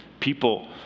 People